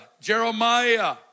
Jeremiah